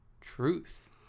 Truth